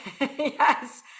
yes